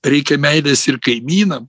reikia meilės ir kaimynam